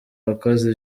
uwakoze